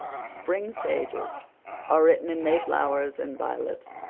spring's pages are written in mayflowers and violets,